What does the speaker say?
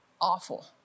awful